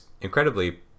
Incredibly